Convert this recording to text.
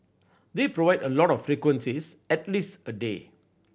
they provide a lot more frequencies at least a day